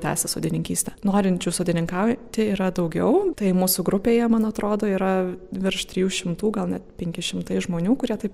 tęsia sodininkystę norinčių sodininkauti yra daugiau tai mūsų grupėje man atrodo yra virš trijų šimtų gal net penki šimtai žmonių kurie taip